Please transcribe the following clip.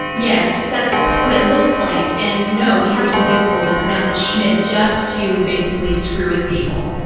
yes, that's what it looks like, and no, we have to be difficult and pronounce it schmidt just to basically screw with people.